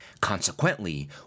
Consequently